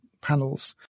panels